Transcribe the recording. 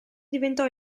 diventò